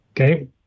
Okay